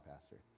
Pastor